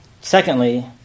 Secondly